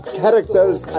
characters